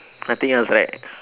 nothing else right